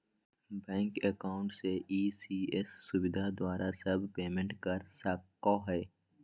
bank account से ECS सुविधा द्वारा सब पेमेंट कर सको हइ